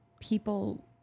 people